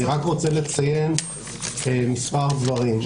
אני רק רוצה לציין כמה דברים.